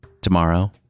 tomorrow